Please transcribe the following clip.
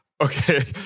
Okay